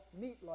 meatloaf